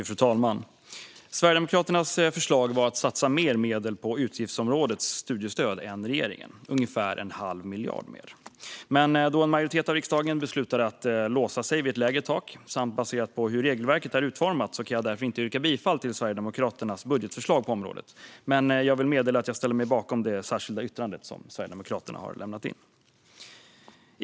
Fru talman! Sverigedemokraternas förslag var att satsa mer medel på utgiftsområdet studiestöd än regeringen, ungefär en halv miljard mer. Men då en majoritet av riksdagen beslutade att låsa sig vid ett lägre tak, samt baserat på hur regelverket är utformat, kan jag inte yrka bifall till Sverigedemokraternas budgetförslag på området. Men jag vill meddela att jag ställer mig bakom det särskilda yttrande som Sverigedemokraterna har lämnat in.